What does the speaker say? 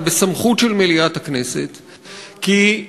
אבל בסמכות של מליאת הכנסת כי,